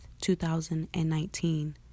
2019